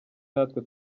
natwe